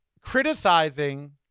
criticizing